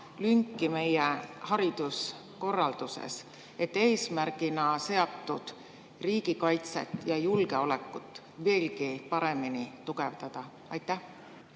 lünki meie hariduskorralduses, et eesmärgina seatud riigikaitset ja julgeolekut veelgi paremini tugevdada?